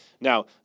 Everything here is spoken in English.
Now